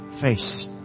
face